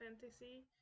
fantasy